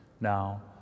now